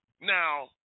Now